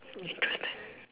interesting